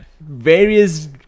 various